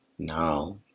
now